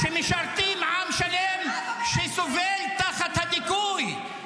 רב-המרצחים ----- שמשרתים עם שלם שסובל תחת הדיכוי.